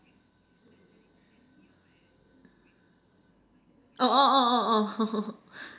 orh orh orh orh orh